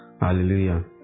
Hallelujah